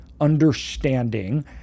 understanding